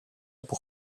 pour